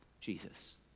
Jesus